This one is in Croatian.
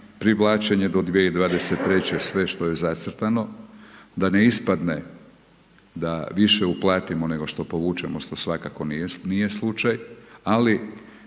privlačenje do 2023. sve što je zacrtano, da ne ispadne da više uplatimo nego što povučemo, što svakako nije slučaj, ali